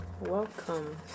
welcome